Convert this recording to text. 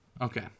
okay